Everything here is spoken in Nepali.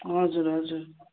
हजुर हजुर